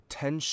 ten